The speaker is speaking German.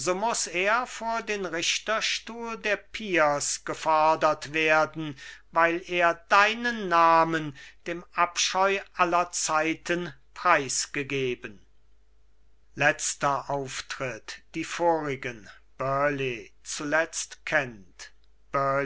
er vor den richterstuhl der peers gefordert werden weil er deinen namen dem abscheu aller zeiten preisgegeben die vorigen burleighm zuletzt